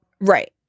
Right